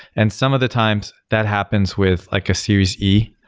and some of the times, that happens with like a series e,